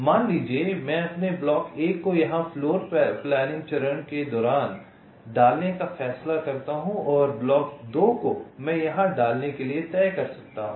मान लीजिए कि मैं अपने ब्लॉक 1 को यहां फ्लोरप्लानिंग चरण के दौरान डालने का फैसला करता हूं और ब्लॉक 2 को मैं यहाँ डालने के लिए तय कर सकता हूं